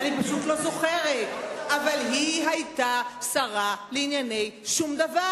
אני פשוט לא זוכרת אבל היא היתה שרה לענייני שום דבר.